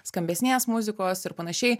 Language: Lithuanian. skambesnės muzikos ir panašiai